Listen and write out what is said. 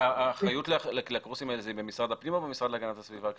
האחריות לקורסים האלה זה במשרד הפנים או במשרד להגנת הסביבה?